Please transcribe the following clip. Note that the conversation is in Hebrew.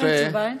אין תשובה,